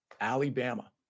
Alabama